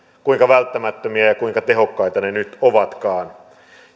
kuinka välttämättömiä ja kuinka tehokkaita ne nyt ovatkaan